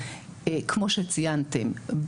כמו שציינתם,